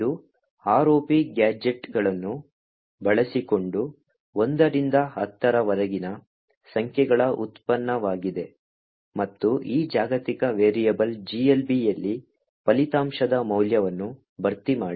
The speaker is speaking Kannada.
ಇದು ROP ಗ್ಯಾಜೆಟ್ಗಳನ್ನು ಬಳಸಿಕೊಂಡು 1 ರಿಂದ 10 ರವರೆಗಿನ ಸಂಖ್ಯೆಗಳ ಉತ್ಪನ್ನವಾಗಿದೆ ಮತ್ತು ಈ ಜಾಗತಿಕ ವೇರಿಯೇಬಲ್ GLB ಯಲ್ಲಿ ಫಲಿತಾಂಶದ ಮೌಲ್ಯವನ್ನು ಭರ್ತಿ ಮಾಡಿ